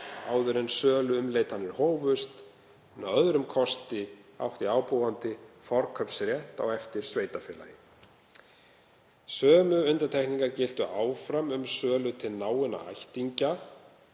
áður en söluumleitanir hófust, en að öðrum kosti átti ábúandi forkaupsrétt á eftir sveitarfélagi. Sömu undantekningar giltu áfram um sölu til náinna ættingja.